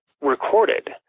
recorded